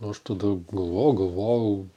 aš tada galvojau galvojau